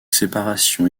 séparation